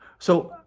so,